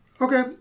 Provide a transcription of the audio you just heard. Okay